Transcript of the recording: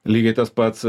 lygiai tas pats